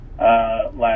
last